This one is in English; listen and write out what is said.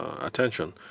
attention